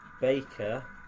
Baker